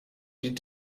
die